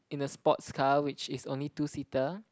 in the sports car which is only two seater